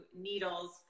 needles